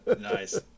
Nice